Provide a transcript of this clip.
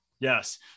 Yes